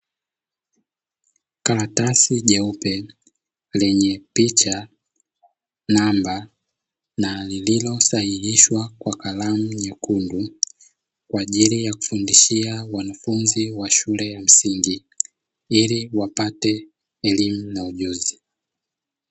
Karatasi jeupe lenye picha, namba, na lililosahihishwa kwa karamu nyekundu, kwa ajili ya kufundishia wanafunzi wa shule ya msingi; ili wapate elimu na ujuzi.